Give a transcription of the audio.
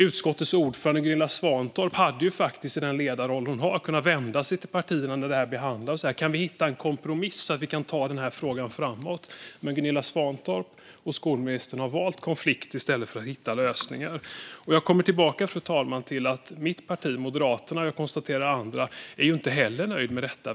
Utskottets ordförande Gunilla Svantorp hade faktiskt i sin ledarroll kunnat vända sig till partierna när detta behandlades och försöka hitta en kompromiss för att ta frågan framåt. Men Gunilla Svantorp och skolministern har valt konflikt i stället för att hitta lösningar. Jag kommer tillbaka till att mitt parti, Moderaterna, och även andra, inte heller är nöjda med detta.